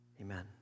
Amen